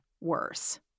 worse